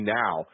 now